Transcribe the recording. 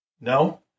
No